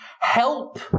Help